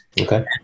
Okay